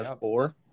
Four